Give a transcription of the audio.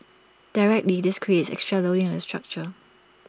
directly this creates extra loading on the structure